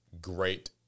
great